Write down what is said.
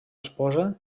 esposa